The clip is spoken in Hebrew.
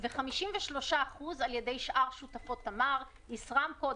ו-53% על ידי שאר שותפות תמר: ישראמקו,